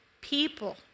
people